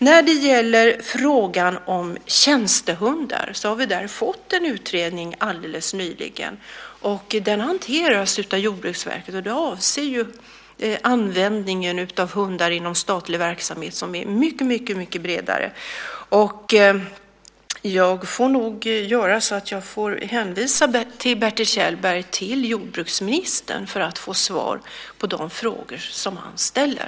När det gäller frågan om tjänstehundar har vi fått en utredning alldeles nyligen. Den hanteras av Jordbruksverket, och den avser användningen av hundar inom statlig verksamhet som är mycket bredare. Jag får nog hänvisa Bertil Kjellberg till jordbruksministern för att han ska få svar på de frågor som han ställer.